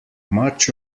much